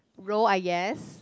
role I guess